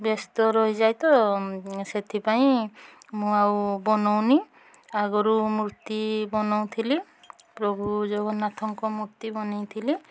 ବ୍ୟସ୍ତ ରହିଯାଏ ତ ସେଥିପାଇଁ ମୁଁ ଆଉ ବନାଉନି ଆଗରୁ ମୂର୍ତ୍ତି ବନାଉଥିଲି ପ୍ରଭୁ ଜଗନ୍ନାଥଙ୍କ ମୂର୍ତ୍ତି ବନାଇ ଥିଲି